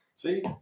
See